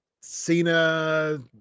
Cena